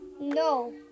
no